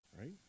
right